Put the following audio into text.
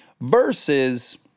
versus